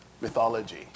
mythology